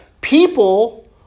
people